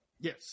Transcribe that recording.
Yes